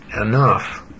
enough